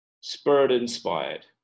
spirit-inspired